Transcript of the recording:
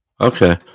Okay